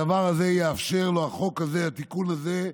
הדבר הזה יאפשר לו, החוק הזה, התיקון הזה,